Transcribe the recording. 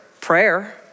prayer